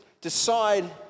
decide